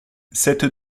cette